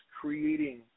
creating